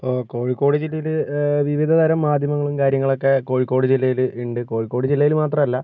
ഇപ്പോൾ കോഴിക്കോട് ജില്ലയിൽ വിവിധ തരം മാധ്യമങ്ങളും കാര്യങ്ങളൊക്കെ കോഴിക്കോട് ജില്ലയില് ഉണ്ട് കോഴിക്കോട് ജില്ലയില് മാത്രല്ല